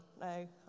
No